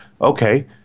okay